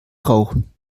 rauchen